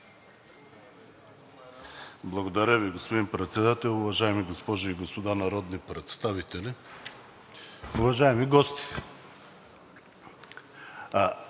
Благодаря Ви, господин Председател. Уважаеми госпожи и господа народни представители, уважаеми гости!